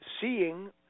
seeing